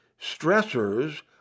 stressors